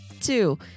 Two